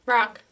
Rock